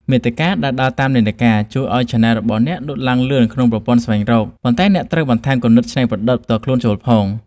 មាតិកាដែលដើរតាមនិន្នាការ ជួយឱ្យឆានែលរបស់អ្នកលោតឡើងលឿនក្នុងប្រព័ន្ធស្វែងរក ប៉ុន្តែអ្នកត្រូវបន្ថែមគំនិតច្នៃប្រឌិតផ្ទាល់ខ្លួនចូលផង។